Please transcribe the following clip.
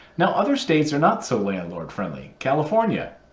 now, other states are not so landlord friendly. california,